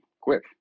quick